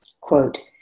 Quote